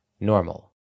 Normal